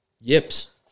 yips